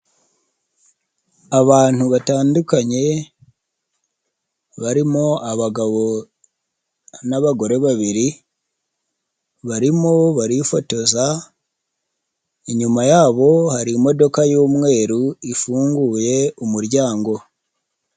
Abantu batandukanye barimo abagabo n'abagore babiri barimo barifotoza inyuma yabo hari imodoka y'umweru ifunguye umuryango.